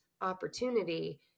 opportunity